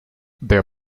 der